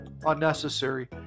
unnecessary